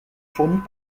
fournis